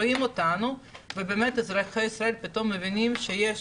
רואים אותנו ובאמת אזרחי ישראל פתאום מבינים שיש